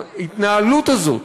ההתנהלות הזאת,